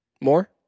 More